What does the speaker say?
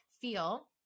feel